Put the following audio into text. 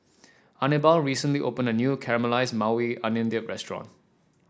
Anibal recently opened a new Caramelized Maui Onion Dip restaurant